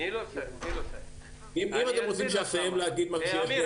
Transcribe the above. אם אתם רוצים שאסיים להגיד מה שיש לי,